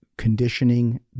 Conditioning